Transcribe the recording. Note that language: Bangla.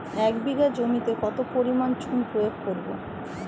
এক বিঘা জমিতে কত পরিমাণ চুন প্রয়োগ করব?